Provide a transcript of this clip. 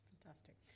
Fantastic